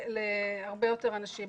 להרבה יותר אנשים,